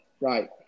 Right